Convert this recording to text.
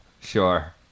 sure